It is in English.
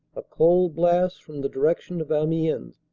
a cold blast from the direc tion of amiens.